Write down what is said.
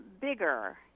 bigger